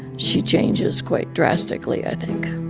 she changes quite drastically, i think